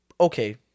Okay